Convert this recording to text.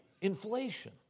Inflation